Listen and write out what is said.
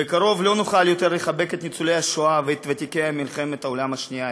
בקרוב לא נוכל יותר לחבק את ניצולי השואה ואת ותיקי מלחמת העולם השנייה,